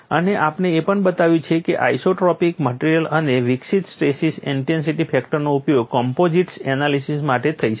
અને આપણે એ પણ બતાવ્યું છે કે આઇસોટ્રોપિક મટેરીઅલ માટે વિકસિત સ્ટ્રેસીસ ઇન્ટેન્સિટી ફેક્ટરનો ઉપયોગ કમ્પોઝિટ્સ એનાલિસીસ માટે થઈ શકે છે